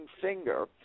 finger